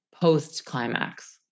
post-climax